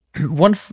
One